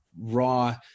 raw